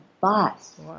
bus